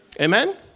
Amen